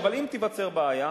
אבל אם תיווצר בעיה,